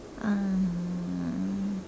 (uh huh)